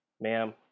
ma'am